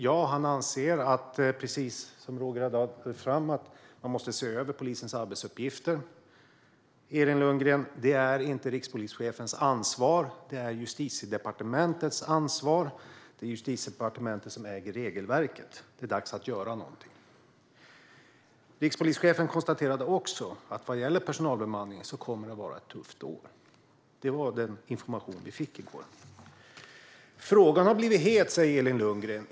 Ja, han anser, precis som Roger Haddad för fram, att man måste se över polisens arbetsuppgifter. Elin Lundgren! Det är inte rikspolischefens ansvar. Det är Justitiedepartementets ansvar. Det är Justitiedepartementet som äger regelverket. Det är dags att göra någonting. Rikspolischefen konstaterade också att vad gäller personalbemanningen kommer det att vara ett tufft år. Det var den information vi fick i går. Frågan har blivit het, sa Elin Lundgren.